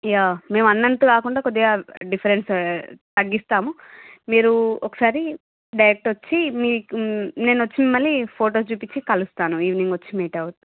yeah మేము అన్నంత కాకుండా కొద్దిగా డిఫరెన్స్ తగ్గిస్తాము మీరు ఒకసారి డైరెక్ట్ వచ్చి మీకు నేను వచ్చి మిమ్మల్ని ఫోటో చూపించి కలుస్తాను ఈవెనింగ్ వచ్చి మీట్ అవుతాను